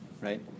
Right